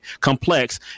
complex